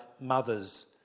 mothers